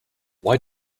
why